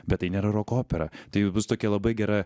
bet tai nėra roko opera tai bus tokia labai gera